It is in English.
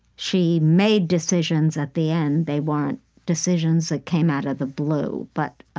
she made decisions at the end, they weren't decisions that came out of the blue but,